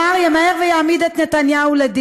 אם זה מה שאת אומרת, לא קראת את ההחלטה.